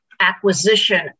acquisition